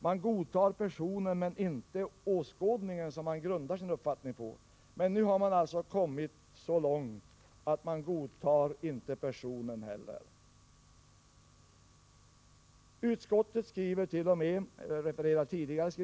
Man godtar alltså personen men inte åskådningen som han grundar sin uppfattning på. Nu har man emellertid kommit så långt att man inte godtar personen heller. Utskottet refererar en tidigare skrivning, där dett.o.m.